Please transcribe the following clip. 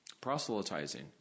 Proselytizing